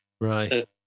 Right